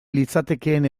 litzatekeen